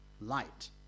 light